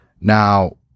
Now